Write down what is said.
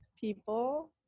people